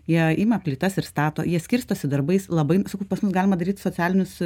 jie ima plytas ir stato jie skirstosi darbais labai sakau pas mus galima daryt socialinius